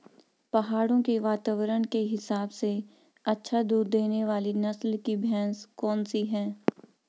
पहाड़ों के वातावरण के हिसाब से अच्छा दूध देने वाली नस्ल की भैंस कौन सी हैं?